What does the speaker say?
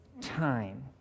time